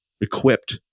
equipped